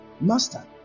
Master